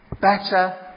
better